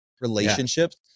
relationships